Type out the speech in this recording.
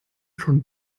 schon